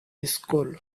school